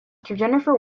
jennifer